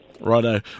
Righto